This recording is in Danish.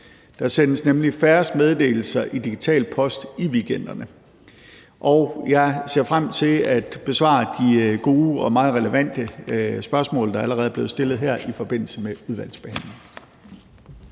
Der sendes nemlig færrest meddelelser i Digital Post i weekenderne. Jeg ser frem til at besvare de gode og meget relevante spørgsmål, der allerede er blevet stillet her, i forbindelse med udvalgsbehandlingen.